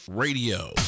Radio